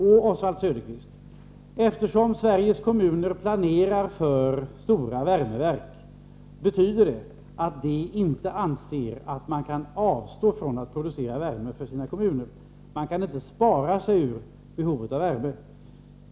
Och, Oswald Söderqvist, att Sveriges kommuner nu planerar för stora värmeverk betyder att de inte anser att man kan avstå från att producera värme för kommunerna. Man kan inte spara sig ur behovet av värme.